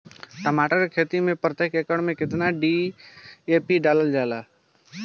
टमाटर के खेती मे प्रतेक एकड़ में केतना डी.ए.पी डालल जाला?